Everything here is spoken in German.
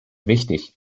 wichtig